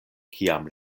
kiam